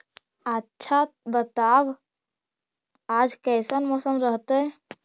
आच्छा बताब आज कैसन मौसम रहतैय?